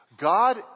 God